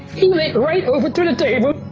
he went right over to the table,